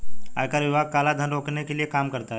आयकर विभाग काला धन को रोकने के लिए काम करता है